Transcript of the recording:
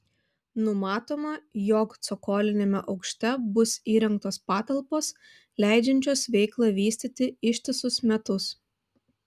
numatoma jog cokoliniame aukšte bus įrengtos patalpos leidžiančios veiklą vystyti ištisus metus